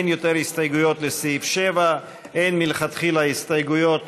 הסתייגות מס' 8. מי בעד ההסתייגות?